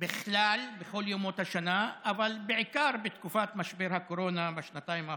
בכלל בכל ימות השנה אבל בעיקר בתקופת משבר הקורונה בשנתיים האחרונות.